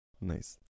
Nice